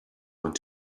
want